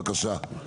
בבקשה.